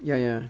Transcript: ya ya